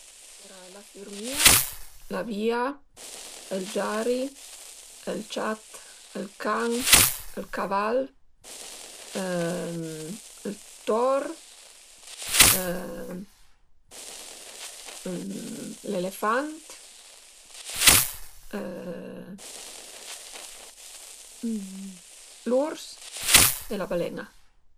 La fürmìa, l'avìa, ël giari, ël ciat, ël can, ël caval ël tor l'elefant l'urs e la balen-a